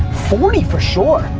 forty for sure.